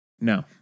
No